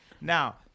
Now